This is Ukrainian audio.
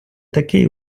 такий